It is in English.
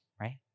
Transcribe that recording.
right